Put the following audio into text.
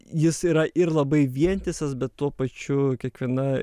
jis yra ir labai vientisas bet tuo pačiu kiekviena